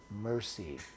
mercy